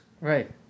Right